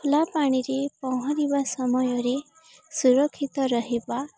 ଖୋଲାପାଣିରେ ପହଁରିବା ସମୟରେ ସୁରକ୍ଷିତ ରହିବା